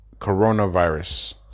coronavirus